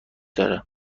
داره